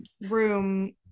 room